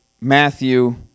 Matthew